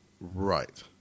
Right